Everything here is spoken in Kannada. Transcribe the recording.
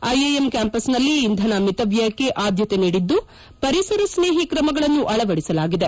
ಐಐಎಂ ಕ್ಯಾಂಪಸ್ನಲ್ಲಿ ಇಂಧನ ಮಿತವ್ಯಯಕ್ಕೆ ಆದ್ಯತೆ ನೀಡಿದ್ದು ಪರಿಸರ ಸ್ನೇಹಿ ತ್ರಮಗಳನ್ನು ಅಳವಡಿಸಲಾಗಿದೆ